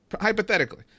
Hypothetically